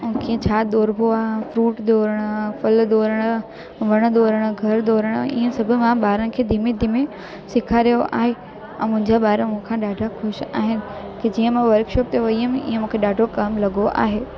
ऐं कीअं छा दूरॿो आहे फ्रूट धोइण आहे वण धोरण घर धोरण ईअं सभु मां ॿारनि खे धीमे धीमे सिखारियो आहे ऐं मुंहिंजा ॿार मूंखा ॾाढा ख़ुशि आहिनि की जीअं मां वर्कशॉप ते वई हुयमि ईअं मूंखे ॾाढो कमु लॻो आहे